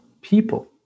people